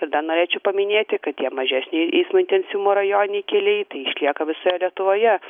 ir dar norėčiau paminėti kad tie mažesnio eismo intensyvumo rajoniniai keliai tai išlieka visoje lietuvoje